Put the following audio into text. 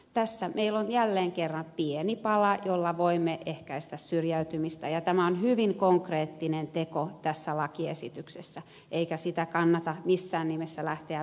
tässä meillä on jälleen kerran pieni pala jolla voimme ehkäistä syrjäytymistä ja tämä on hyvin konkreettinen teko tässä lakiesityksessä eikä sitä kannata missään nimessä lähteä vähättelemään